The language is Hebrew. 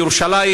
ירושלים,